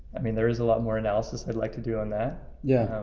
i mean, there is a lot more analysis i'd like to do on that. yeah.